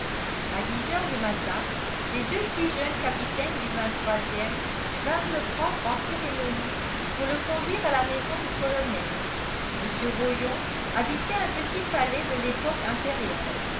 à dix heures du matin les deux plus jeunes capitaines du ème vinrent le prendre en cérémonie pour le conduire à la maison du colonel mr rollon habitait un petit palais de l'époque impériale